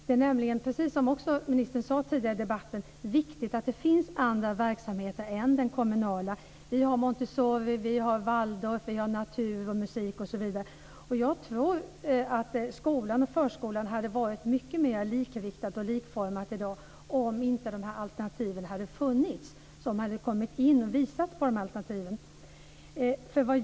Det är nämligen, precis som ministern sade tidigare i debatten, viktigt att det finns andra verksamheter än den kommunala. Det handlar om Montessori, Waldorf, natur, musik osv. Jag tror att skolan och förskolan hade varit mycket mer likriktad och likformad i dag om inte de här verksamheterna hade funnits, som har kommit in och visat på alternativ.